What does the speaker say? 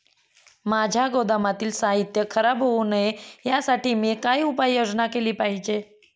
माझ्या गोदामातील साहित्य खराब होऊ नये यासाठी मी काय उपाय योजना केली पाहिजे?